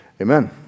Amen